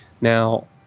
Now